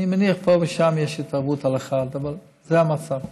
אני מניח שפה ושם יש התערבות על אחד, אבל זה המצב.